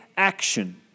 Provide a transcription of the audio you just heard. Action